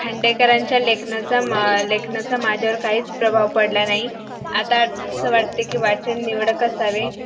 खांडेकरांच्या लेखनाचा मा लेखनाचा माझ्यावर काहीच प्रभाव पडला नाही आता असे वाटते की वाचन निवडक असावे